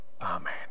Amen